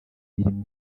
birimo